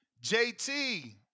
JT